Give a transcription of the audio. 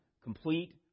complete